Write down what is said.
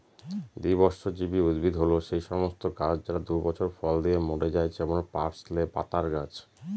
দ্বিবর্ষজীবী উদ্ভিদ হল সেই সমস্ত গাছ যারা দুই বছর ফল দিয়ে মরে যায় যেমন পার্সলে পাতার গাছ